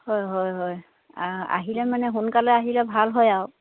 হয় হয় হয় আ আহিলে মানে সোনকালে আহিলে ভাল হয় আৰু